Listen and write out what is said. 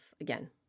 again